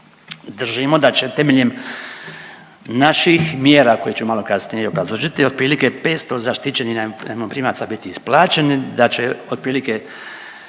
držimo da će temeljem naših mjera koje ću malo kasnije i obrazložiti otprilike 500 zaštićenih najmoprimaca biti isplaćeno, da će otprilike